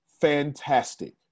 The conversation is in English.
fantastic